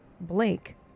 Blake